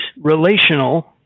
relational